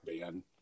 band